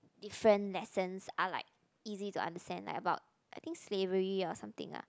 different lessons are like easy to understand like about I think slavery or something ah